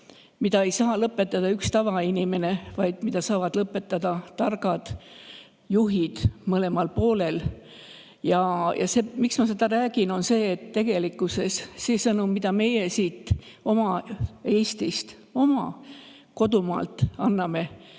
Seda ei saa lõpetada üks tavainimene, vaid seda saavad lõpetada targad juhid mõlemal poolel. Miks ma seda räägin? Tegelikkuses see sõnum, mida meie siit oma Eestist, oma kodumaalt anname,